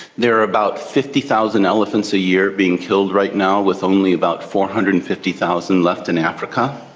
there are about fifty thousand elephants a year being killed right now, with only about four hundred and fifty thousand left in africa,